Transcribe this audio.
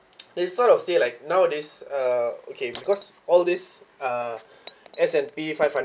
they sort of say like nowadays uh okay because all this uh s and p five hundred